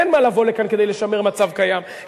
אין מה לבוא לכאן כדי לשמר מצב קיים,